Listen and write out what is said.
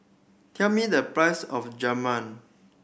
tell me the price of Jajma